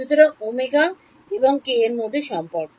শুধু ω এবং k এর মধ্যে সম্পর্ক